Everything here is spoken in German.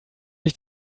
ich